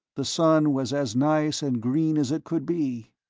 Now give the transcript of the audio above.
the sun was as nice and green as it could be.